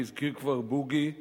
שהזכיר כבר בוגי,